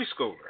preschooler